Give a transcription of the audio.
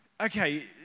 okay